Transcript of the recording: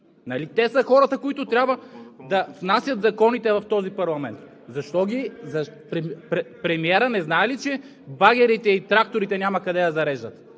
те са хората, които трябва да внасят законите в този парламент? Премиерът не знае ли, че багерите и тракторите няма къде да зареждат?